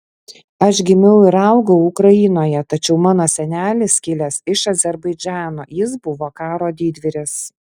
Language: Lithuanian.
aš gimiau ir augau ukrainoje tačiau mano senelis kilęs iš azerbaidžano jis buvo karo didvyris